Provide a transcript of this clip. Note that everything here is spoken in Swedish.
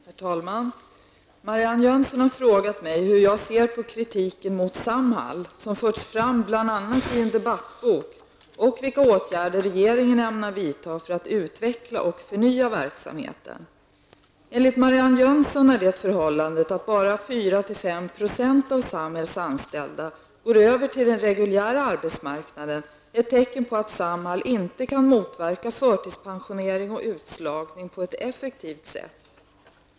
Herr talman! Marianne Jönsson har frågat mig hur jag ser på kritiken mot Samhall, som förts fram bl.a. i en debattbok och vilka åtgärder regeringen ämnar vidta för att utveckla och förnya verksamheten. Enligt Marianne Jönsson är det förhållandet att bara 4--5 % av Samhalls anställda går över till den reguljära arbetsmarknaden ett tecken på att Samhall inte kan motverka förtidspensionering och utslagning på ett effektivt sätt.